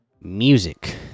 music